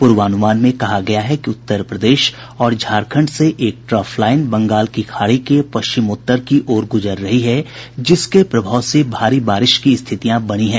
पूर्वानुमान में कहा गया है कि उत्तर प्रदेश और झारखंड से एक ट्रफ लाईन बंगाल की खाड़ी के पश्चिमोत्तर की ओर गुजर रही है जिसके प्रभाव से भारी बारिश की स्थितियां बनी हैं